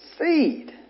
Seed